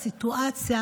הסיטואציה,